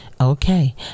okay